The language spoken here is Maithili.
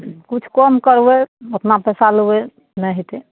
किछु कम करबय ओतना पैसा लेबय नहि हेतय